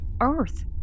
Earth